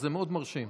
זה מאוד מרשים.